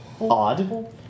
odd